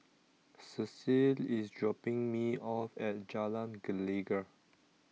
Cecile is dropping me off at Jalan Gelegar